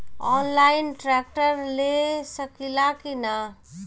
Online tractor ले सकीला कि न?